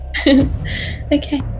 okay